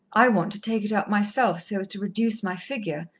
i want to take it up myself, so as to reduce my figure,